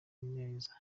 neza